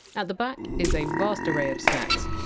at the back is a vast array of snacks.